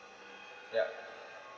yup